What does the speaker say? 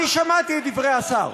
אני שמעתי את דברי השר.